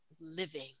living